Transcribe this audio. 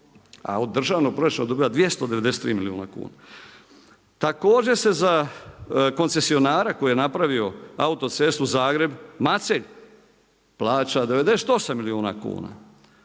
a od državnog proračuna dobiva 293 milijuna kuna. Također se za koncesionara koji je napravio autocestu Zagreb Macelj plaća 98 milijuna kuna.